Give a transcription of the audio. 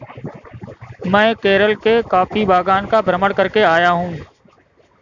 मैं केरल के कॉफी बागान का भ्रमण करके आ रहा हूं